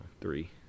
three